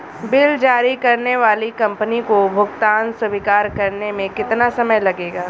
Bill जारी करने वाली कंपनी को भुगतान स्वीकार करने में कितना समय लगेगा?